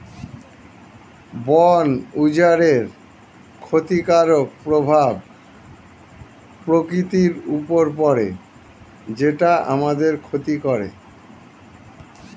বন উজাড়ের ক্ষতিকারক প্রভাব প্রকৃতির উপর পড়ে যেটা আমাদের ক্ষতি করে